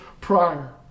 prior